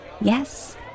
Yes